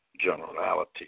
generality